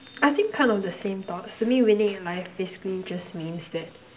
I think kind of the same thoughts to me winning in life basically just means that